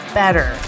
better